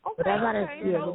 Okay